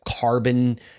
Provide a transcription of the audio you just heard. carbon